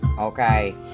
okay